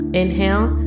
inhale